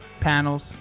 panels